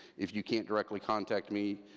if you can't directly contact me,